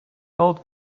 old